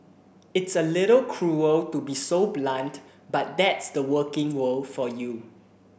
it's a little cruel to be so blunt but that's the working world for you